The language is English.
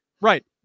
Right